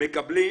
מקבלים